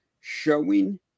showing